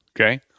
Okay